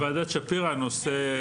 בוועדת שפירא הנושא